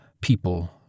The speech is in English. People